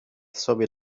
sobie